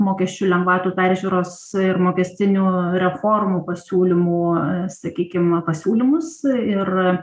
mokesčių lengvatų peržiūros ir mokestinių reformų pasiūlymų sakykim pasiūlymus ir